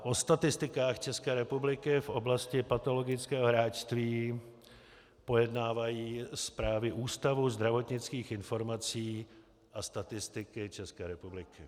O statistikách České republiky v oblasti patologického hráčství pojednávají zprávy Ústavu zdravotnických informací a statistiky České republiky.